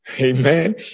amen